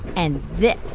and this